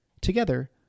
Together